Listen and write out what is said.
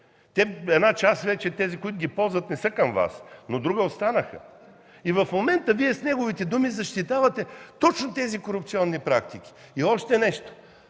Една част от тези, които ги ползват, вече не са към Вас, но други останаха. В момента Вие с неговите думи защитавате точно тези корупционни практики. Казвам го